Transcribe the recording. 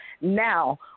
Now